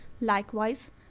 Likewise